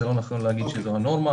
זה לא נכון להגיד שזו הנורמה,